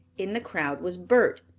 in the crowd was bert.